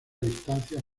distancias